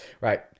Right